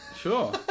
Sure